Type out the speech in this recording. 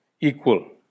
equal